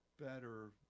better